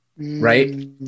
Right